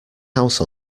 house